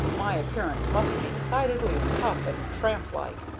my appearance must be decidedly tough and tramp-like.